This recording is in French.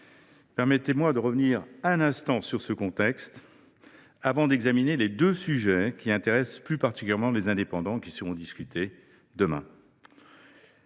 Permettez moi de revenir un instant sur ce contexte, avant d’examiner les deux sujets intéressant plus particulièrement Les Indépendants – République et